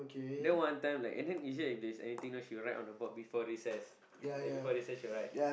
then one time like and then usually if there's anything she will write on the board before recess like before recess she will write